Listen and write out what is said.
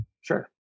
Sure